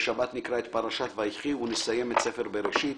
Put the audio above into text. בשבת נקרא את פרשת "ויחי" ונסיים את ספר בראשית.